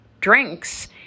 drinks